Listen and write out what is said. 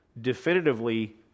definitively